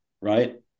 right